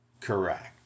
correct